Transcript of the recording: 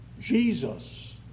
Jesus